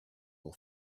will